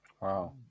Wow